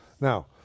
Now